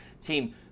team